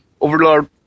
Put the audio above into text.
Overlord